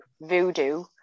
voodoo